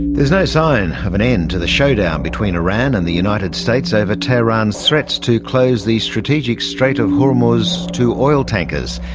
there's no sign of an end to the showdown between iran and the united states over tehran's threats to close the strategic strait of hormuz to oil tankers.